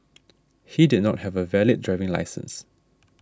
he did not have a valid driving licence